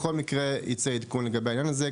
בכל מקרה ייצא עדכון לגבי העניין הזה.